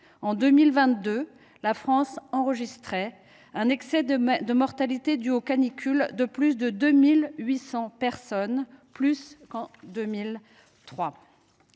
En 2022, la France enregistrait un excès de mortalité dû aux canicules de plus de 2 800 personnes, soit plus qu’en 2003